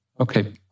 Okay